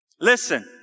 Listen